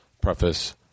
preface